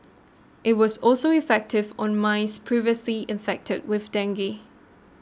it was also effective on mice previously infected with dengue